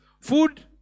food